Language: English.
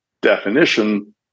definition